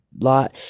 Lot